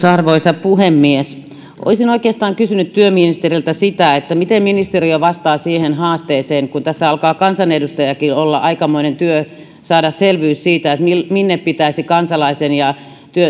arvoisa puhemies olisin oikeastaan kysynyt työministeriltä sitä miten ministeriö vastaa siihen haasteeseen kun tässä alkaa kansanedustajallakin olla aikamoinen työ saada selvyys siitä minne pitäisi kansalaisen ja